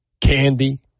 Candy